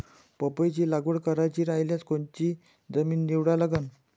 पपईची लागवड करायची रायल्यास कोनची जमीन निवडा लागन?